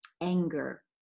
anger